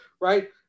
right